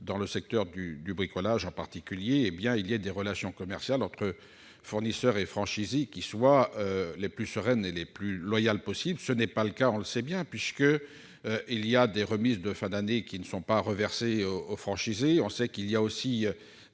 dans le secteur du bricolage en particulier, les relations commerciales entre franchiseurs et franchisés soient les plus sereines et les plus loyales possible. Ce n'est pas le cas aujourd'hui, on le sait bien, puisque certaines remises de fin d'année ne sont pas reversées aux franchisés. On sait aussi